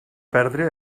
perdre